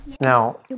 Now